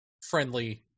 friendly